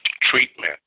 treatment